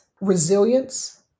resilience